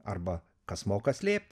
arba kas moka slėptis